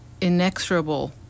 inexorable